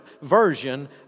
version